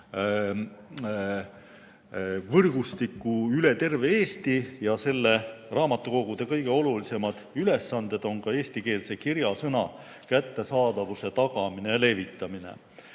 võrgustikku üle terve Eesti. Raamatukogude kõige olulisemad ülesanded on eestikeelse kirjasõna kättesaadavuse tagamine ja levitamine.